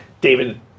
David